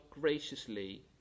graciously